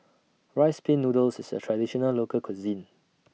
Rice Pin Noodles IS A Traditional Local Cuisine